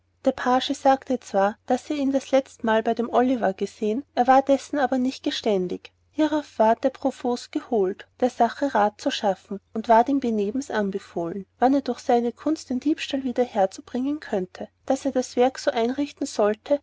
der page sagte zwar daß er ihn das letztemal bei dem olivier gesehen er war dessen aber nicht geständig hierauf ward der profos geholet der sache rat zu schaffen und ward ihm benebens anbefohlen wann er durch seine kunst den diebstahl wieder herzu könnte bringen daß er das werk so einrichten sollte